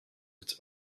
its